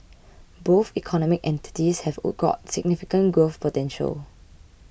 both economic entities have or got significant growth potential